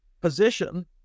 position